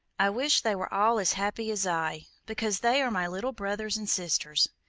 i wish they were all as happy as i, because they are my little brothers and sisters.